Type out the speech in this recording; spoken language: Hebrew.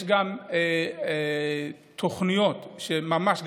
יש גם תוכניות של ממש,